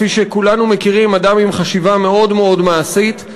כפי שכולנו מכירים, אדם עם חשיבה מאוד מאוד מעשית.